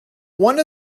one